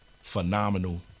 phenomenal